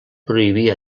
prohibir